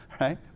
right